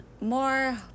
more